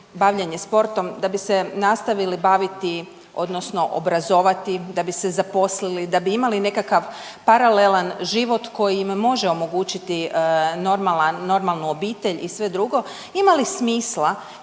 sportom da bi se nastavili baviti odnosno obrazovati, da bi se zaposlili, da bi imali nekakav paralelan život koji im može omogućiti normalnu obitelj i sve drugo. Ima li smisla